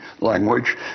language